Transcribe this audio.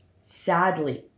sadly